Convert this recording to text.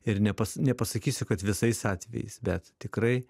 ir nepas nepasakysiu kad visais atvejais bet tikrai